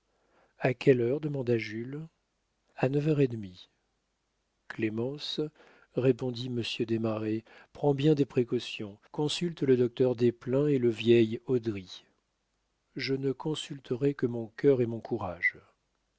a quelle heure demanda jules a neuf heures et demie clémence répondit monsieur desmarets prends bien des précautions consulte le docteur desplein et le vieil haudry je ne consulterai que mon cœur et mon courage